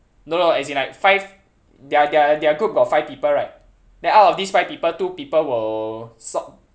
no no as in like five their their their group got five people right then out of these five people two people will sort